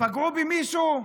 פגעו במישהו?